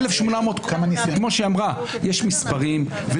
כמו שהיא אמרה, יש מספרים, ויש ניסיונות.